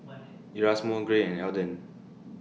Erasmo Gray and Elden